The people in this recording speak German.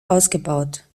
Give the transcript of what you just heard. ausgebaut